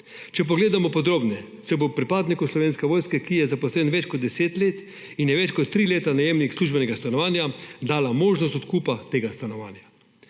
Če pogledamo podrobneje, se bo pripadniku Slovenske vojske, ki je zaposlen več kot 10 let in je več kot tri leta najemnik službenega stanovanja, dala možnost odkupa tega stanovanja.